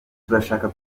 turashaka